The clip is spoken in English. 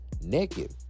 naked